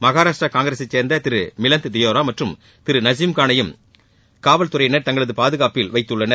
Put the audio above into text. மகாராஷ்டிர காங்கிரஸை சேர்ந்த திரு மிலந்த் தியோரா மற்றம் திரு நசீம்கானையும் காவல்துறையினர் தங்களது பாதுகாப்பில் வைத்துள்ளனர்